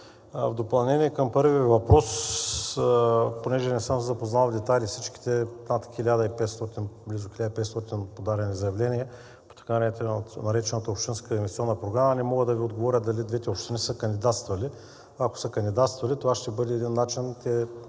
в допълнение към първия въпрос, понеже не съм се запознал в детайли с всичките над 1500 – близо 1500 подадени заявления, по така наречената общинска инвестиционна програма, не мога да Ви отговоря дали двете общини са кандидатствали. Ако са кандидатствали, това ще бъде един начин